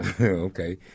okay